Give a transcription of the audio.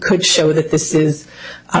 could show that this is